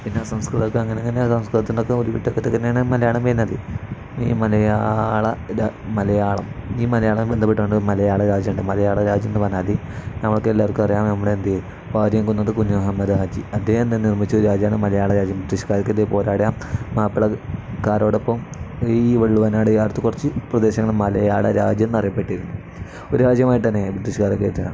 പിന്നെ സംസ്കൃതമൊക്കെ അങ്ങനെ അങ്ങനെ സംസ്കൃതത്തിൻ്റെയൊക്കെ ഒരു വിട്ട തന്നെയാണ് മലയാളം വന്നതിൽ ഈ മലയാള മലയാളം ഈ മലയാളം ബന്ധപ്പെട്ടുണ്ട് മലയാള രാജ്യമുണ്ട് മലയാള രാജ്യം വന്നൽ മതി നമ്മൾക്ക് എല്ലാവർക്കും അറിയാണ് നമ്മുടെ എന്ത്യ വാര്യം കുന്നത്ത് കുഞ്ഞഹമ്മദ് രാജി അദ്ദേഹം തന്നെ നിർമ്മിച്ച ഒരു രാജ്യമാണ് മലയാള രാജ്യ ബ്രിട്ടീഷ്ക്കർക്ക് എതിരേ പോരാടാാൻ മാപ്പിളക്കാരോടൊപ്പം ഈ വെള്ളുുവനാട് ചേർന്ന് കുറച്ചു പ്രദേശങ്ങൾ മലയാള രാജ്യം എന്ന അറിയപ്പെട്ടിരുന്നു ഒരു രാജ്യമായിട്ട് തന്നെ ബ്രിട്ടീഷ്കർക്ക് ഐറ്റമാണ്